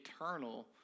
eternal